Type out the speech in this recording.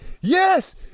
yes